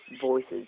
voices